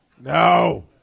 No